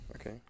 Okay